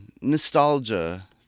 nostalgia